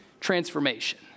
transformation